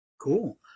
Cool